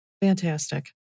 Fantastic